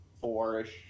four-ish